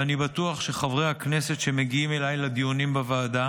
ואני בטוח שחברי הכנסת שמגיעים אליי לדיונים בוועדה